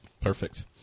perfect